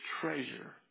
treasure